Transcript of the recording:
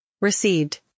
Received